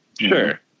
Sure